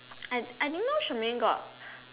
and I didn't know Shermaine got